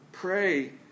pray